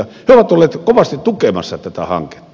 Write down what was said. he ovat olleet kovasti tukemassa tätä hanketta